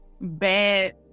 bad